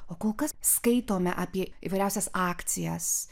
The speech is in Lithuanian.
o kol kas skaitome apie įvairiausias akcijas